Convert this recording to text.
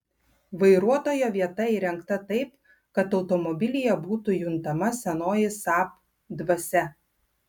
vairuotojo vieta įrengta taip kad automobilyje būtų juntama senoji saab dvasia